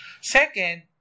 Second